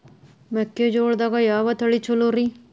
ಮೆಕ್ಕಿಜೋಳದಾಗ ಯಾವ ತಳಿ ಛಲೋರಿ?